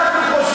אנחנו?